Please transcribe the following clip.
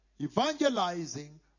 evangelizing